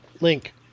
link